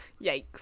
Yikes